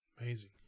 Amazing